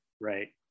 Right